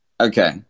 Okay